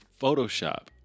Photoshop